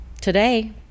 Today